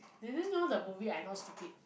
there's this new the movie I not stupid